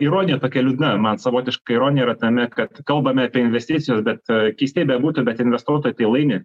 ironija tokia liūdna man savotiška ironija yra tame kad kalbame apie investicijas bet keistai bebūtų bet investuotojai tai laimi